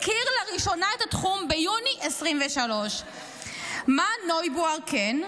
הכיר לראשונה את התחום ביוני 2023. מה נויבואר כן?